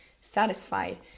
satisfied